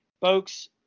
folks